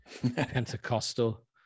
Pentecostal